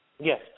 Yes